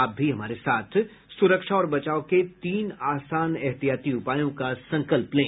आप भी हमारे साथ सुरक्षा और बचाव के तीन आसान एहतियाती उपायों का संकल्प लें